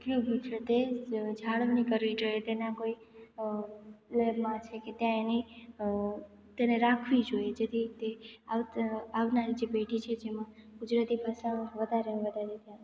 ઉપયોગનું છે તે જાળવણી કરવી જોઈએ તેના કોઈ અ છે કે ત્યાં એની તેને રાખવી જોઈએ જેથી તે આવ આવનારી જે પેઢી છે જેમાં ગુજરાતી ભાષામાં વધારેમાં વધારે